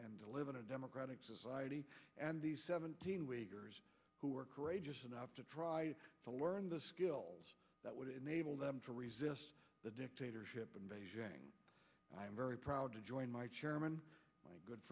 and to live in a democratic society and the seventeen wiggers who are courageous enough to try to learn the skills that would enable them to resist the dictatorship in beijing i am very proud to join my chairman my good